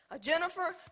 Jennifer